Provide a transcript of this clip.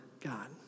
God